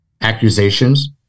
accusations